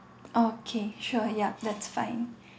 okay sure yup that's fine